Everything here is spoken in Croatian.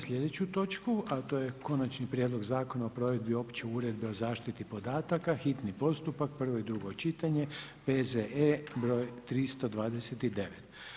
sljedeću točku, a to je: - Konačni prijedlog Zakona o provedbi Opće uredbe o zaštiti podataka, hitni postupak, prvo i drugo čitanje, P.Z.E. broj 329.